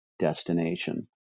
destination